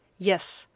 yes,